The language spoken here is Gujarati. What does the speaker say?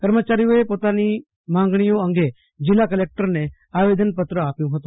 કર્મચારીઓએ પોતાની માગણીઓ અંગે જિલ્લા કલેકટરને આવેદનપત્ર આપ્યું હતું